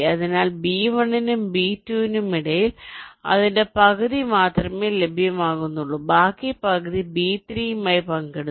അതിനാൽ B1 നും B2 നും ഇടയിൽ അതിന്റെ പകുതി മാത്രമേ ലഭ്യമാകുന്നുള്ളൂ ബാക്കി പകുതി B3 മായി പങ്കിടുന്നു